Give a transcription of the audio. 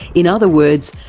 in other words,